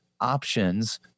options